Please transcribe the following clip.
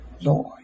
Lord